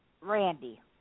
Randy